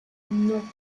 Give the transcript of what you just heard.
non